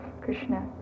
Krishna